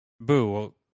boo